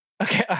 Okay